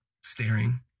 staring